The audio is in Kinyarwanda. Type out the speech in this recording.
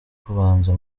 kubanza